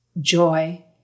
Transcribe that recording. joy